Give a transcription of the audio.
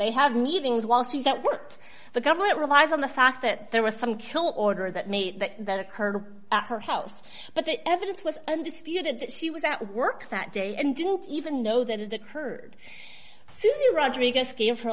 they have meetings while she's at work the government relies on the fact that there was some kill order that made that occur at her house but that evidence was undisputed that she was at work that day and didn't even know that it occurred suzy rodriguez gave her